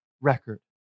record